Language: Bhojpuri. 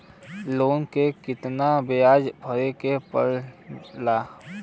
लोन के कितना ब्याज भरे के पड़े ला?